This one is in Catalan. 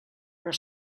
però